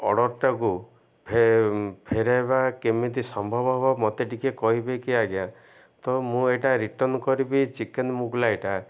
ଅର୍ଡ଼ର୍ଟାକୁ ଫେରେଇବା କେମିତି ସମ୍ଭବ ହବ ମତେ ଟିକେ କହିବେ କି ଆଜ୍ଞା ତ ମୁଁ ଏଇଟା ରିଟର୍ଣ୍ଣ କରିବି ଚିକେନ୍ ମୁଗଲାଇଟା